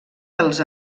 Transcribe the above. dels